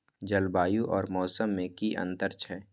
जलवायु और मौसम में कि अंतर छै?